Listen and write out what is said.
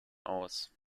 aus